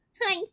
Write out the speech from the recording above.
hi